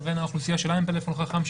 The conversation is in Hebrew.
לבין האוכלוסייה שלה אין טלפון חכם,